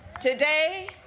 Today